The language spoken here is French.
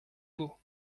beau